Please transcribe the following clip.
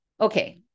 Okay